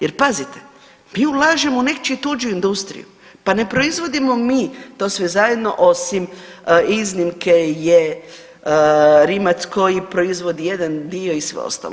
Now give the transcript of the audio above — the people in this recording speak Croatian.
Jer pazite mi ulažemo u nečiju tuđu industriju, pa ne proizvodimo mi to sve zajedno osim iznimke je Rimac koji proizvodi jedan dio i sve ostalo.